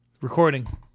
Recording